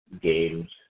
games